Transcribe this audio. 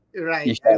Right